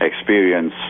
experience